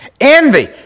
Envy